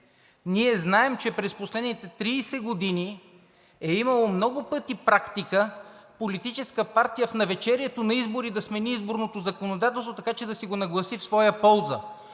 Ние знаем, че през последните 30 години е имало много пъти практика политическа партия в навечерието на избори да смени изборното законодателство, така че да си го нагласи в своя полза.